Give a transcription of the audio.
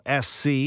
SC